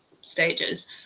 stages